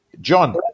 John